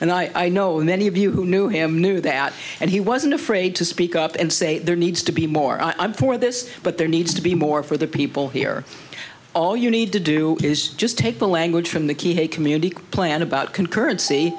and i know many of you who knew him knew that and he wasn't afraid to speak up and say there needs to be more i'm for this but there needs to be more for the people here all you need to do is just take the language from the key a community plan about concurrency